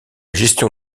gestion